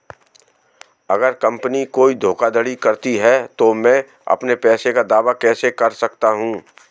अगर कंपनी कोई धोखाधड़ी करती है तो मैं अपने पैसे का दावा कैसे कर सकता हूं?